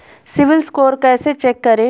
CIBIL score कैसे check करें?